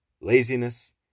laziness